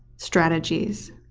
strategies,